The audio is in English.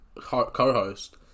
co-host